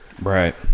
Right